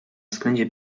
względzie